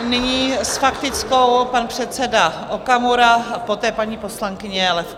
Nyní s faktickou pan předseda Okamura, poté paní poslankyně Levko.